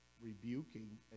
rebuking